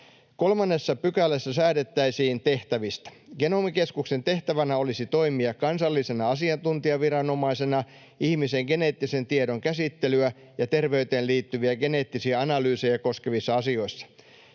sisällöstä. 2 §:ssä säädettäisiin tehtävistä. Genomikeskuksen tehtävänä olisi toimia kansallisena asiantuntijaviranomaisena ihmisen geneettisen tiedon käsittelyä ja terveyteen liittyviä geneettisiä analyysejä koskevissa asioissa.